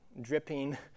dripping